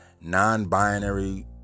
non-binary